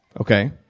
Okay